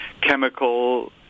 chemical